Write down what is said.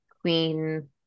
queen